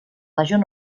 major